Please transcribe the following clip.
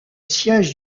siège